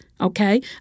okay